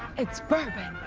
it's bourbon.